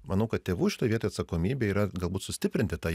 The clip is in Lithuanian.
manau kad tėvų šitoj vietoj atsakomybė yra galbūt sustiprinti tą